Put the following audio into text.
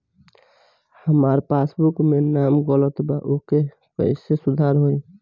हमार पासबुक मे नाम गलत बा ओके कैसे सुधार होई?